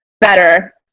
better